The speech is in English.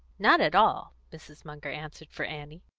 not at all! mrs. munger answered for annie.